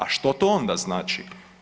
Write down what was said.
A što to onda znači?